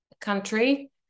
country